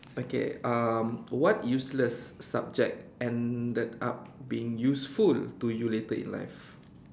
okay um what useless subject ended up being useful to you later in life